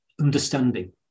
understanding